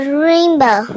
rainbow